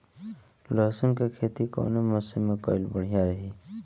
लहसुन क खेती कवने मौसम में कइल बढ़िया रही?